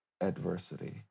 adversity